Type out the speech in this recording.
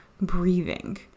breathing